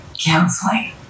counseling